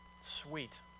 Sweet